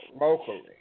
locally